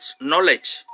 knowledge